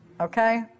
okay